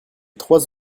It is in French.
trois